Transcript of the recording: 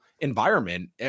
environment